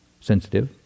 sensitive